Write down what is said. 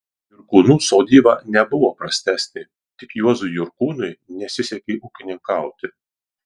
jurkūnų sodyba nebuvo prastesnė tik juozui jurkūnui nesisekė ūkininkauti